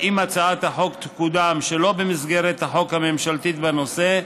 אם הצעת החוק תקודם שלא במסגרת החוק הממשלתי בנושא,